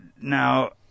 Now